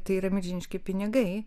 tai yra milžiniški pinigai